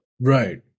right